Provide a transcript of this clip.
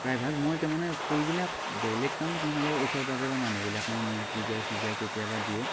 প্ৰায়ভাগ মই তাৰ মানে ফুলবিলাক বেলেগ কামত নহ'লেও ওচৰ পাজৰৰ মানুহবিলাকেও নিয়ে পূজাই ছুজাই কেতিয়াবা দিয়ে